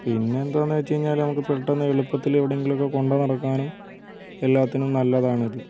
പിന്നെ എന്താണെന്ന് വച്ചു കഴിഞ്ഞാൽ നമുക്ക് പെട്ടെന്ന് എളുപ്പത്തിൽ എവിടെയെങ്കിലും ഒക്കെ കൊണ്ടുനടക്കാനും എല്ലാത്തിനും നല്ലതാണിത്